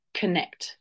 connect